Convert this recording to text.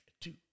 two